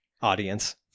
Audience